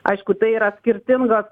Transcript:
aišku tai yra skirtingos